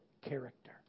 character